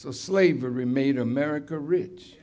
so slavery made america rich